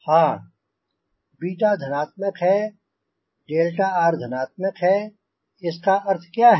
हांँ 𝛽 धनात्मक है 𝛿r धनात्मक है इसका अर्थ क्या है